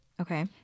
okay